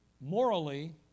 Morally